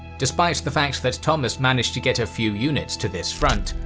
despite the fact that thomas managed to get a few units to this front,